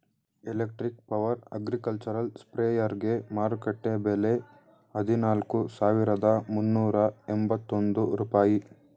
electric power agricultural ಸ್ಪ್ರೆಯರ್ಗೆ ಮಾರುಕಟ್ಟೆ ಬೆಲೆ ಹದಿನಾಲ್ಕು ಸಾವಿರದ ಮುನ್ನೂರ ಎಂಬತ್ತೊಂದು ರೂಪಾಯಿ